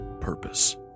purpose